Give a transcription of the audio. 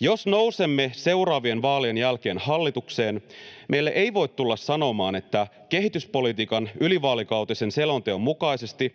Jos nousemme seuraavien vaalien jälkeen hallitukseen, meille ei voi tulla sanomaan, että kehityspolitiikan ylivaalikautisen selonteon mukaisesti